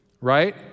right